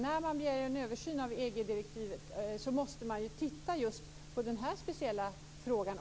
När man gör en översyn av EG-direktivet tycker jag också att man måste titta just på den här speciella frågan.